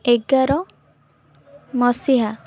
ଏଗାର ମସିହା